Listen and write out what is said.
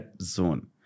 zone